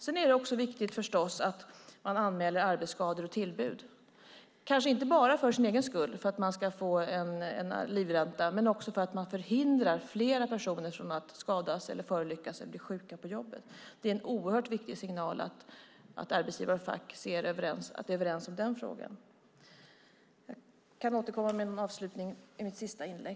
Det är förstås också viktigt att man anmäler arbetsskador och tillbud, kanske inte bara för sin egen skull för att man ska få en livränta, utan också för att man förhindrar flera personer från att skadas, förolyckas eller bli sjuka på jobbet. Det är en oerhört viktig signal att arbetsgivare och fack är överens i den frågan. Jag återkommer med en avslutning i mitt sista inlägg.